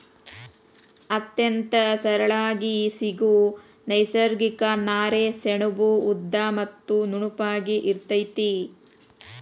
ಅತ್ಯಂತ ಸರಳಾಗಿ ಸಿಗು ನೈಸರ್ಗಿಕ ನಾರೇ ಸೆಣಬು ಉದ್ದ ಮತ್ತ ನುಣುಪಾಗಿ ಇರತತಿ